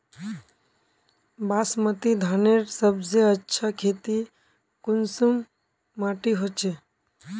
बासमती धानेर सबसे अच्छा खेती कुंसम माटी होचए?